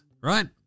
right